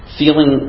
feeling